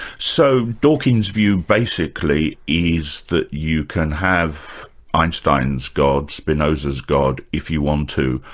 so dawkins' view basically is that you can have einstein's god, spinoza's god, if you want to,